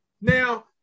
Now